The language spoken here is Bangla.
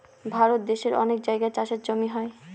ভারত দেশের অনেক জায়গায় চাষের জমি হয়